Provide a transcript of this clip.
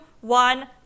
one